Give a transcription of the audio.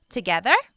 Together